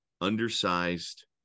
undersized